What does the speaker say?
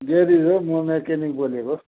garage हो mechanic बोलेको